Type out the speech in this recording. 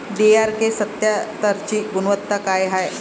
DRK सत्यात्तरची गुनवत्ता काय हाय?